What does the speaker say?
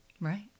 right